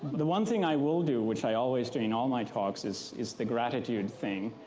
the one thing i will do, which i always do in all my talks is is the gratitude thing,